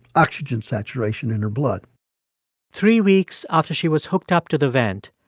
oxygen saturation in her blood three weeks after she was hooked up to the vent,